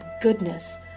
goodness